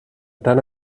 tant